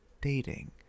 dating